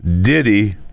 Diddy